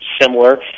similar